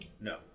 No